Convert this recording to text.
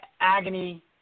agony